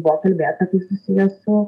buvo kalbėta tai susiję su